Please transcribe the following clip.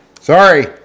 Sorry